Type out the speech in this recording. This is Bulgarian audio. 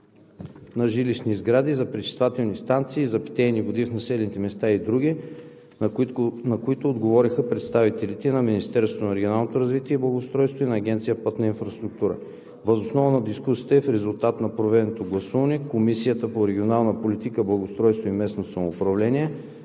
на жилищни сгради, за пречиствателни станции за питейни води в населените места и други, на които отговориха представителите на Министерството на регионалното развитие и благоустройството и на Агенция „Пътна инфраструктура“. Въз основа на дискусията и в резултат на проведеното гласуване Комисията по регионална политика, благоустройство и местно самоуправление: